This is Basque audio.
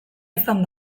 izan